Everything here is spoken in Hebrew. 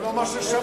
זה לא מה ששמענו.